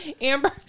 Amber